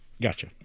Gotcha